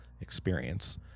experience